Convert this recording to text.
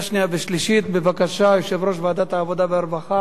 לוועדת הכלכלה נתקבלה.